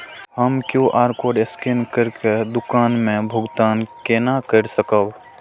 हम QR code scan करके दुकान में भुगतान केना कर सकब?